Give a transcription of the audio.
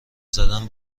زدن